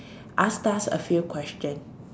asked us a few question